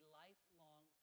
lifelong